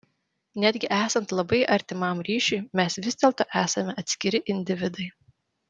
netgi esant labai artimam ryšiui mes vis dėlto esame atskiri individai